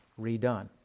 redone